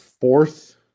fourth